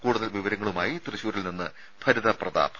കൂടുതൽ വിവരങ്ങളുമായി തൃശൂരിൽ നിന്നും ഭരിത പ്രതാപ്